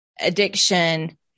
addiction